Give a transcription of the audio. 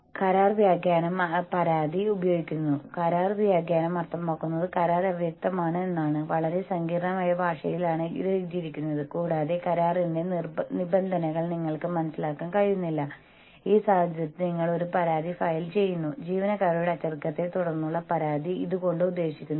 ഇപ്പോൾ ഇതിലെ ഒരു വലിയ അപകടസാധ്യത ആളുകൾ അവരുടെ അടിസ്ഥാന അവകാശം അടിസ്ഥാന മനുഷ്യാവകാശം അതായത് സംസാരിക്കുക മറ്റുള്ളവരുമായി ബന്ധപ്പെടുക കൂടാതെ തങ്ങളെപ്പോലെ തന്നെ അഭിപ്രായമുള്ള മറ്റ് സമാന ചിന്താഗതിക്കാരായ വ്യക്തികളുമായി ബന്ധപ്പെടുക തുടങ്ങിയവ അടിച്ചമർത്തപ്പെടുന്നു എന്നെല്ലാം അവർ അറിയുമ്പോൾ അവർ കലാപം നടത്തിയേക്കാം